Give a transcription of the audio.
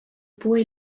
boy